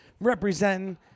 representing